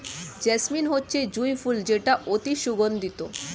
jasmine হচ্ছে জুঁই ফুল যেটা অতি সুগন্ধিত